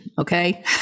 okay